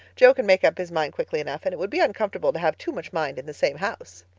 jo can make up his mind quickly enough, and it would be uncomfortable to have too much mind in the same house.